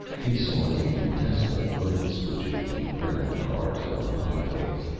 he saw infinitesimal motes which would be ground cars on the highways.